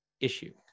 issue